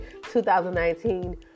2019